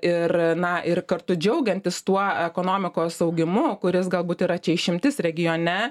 ir na ir kartu džiaugiantis tuo ekonomikos augimu kuris galbūt yra čia išimtis regione